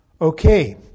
Okay